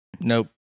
Nope